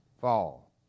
fall